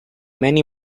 many